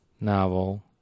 novel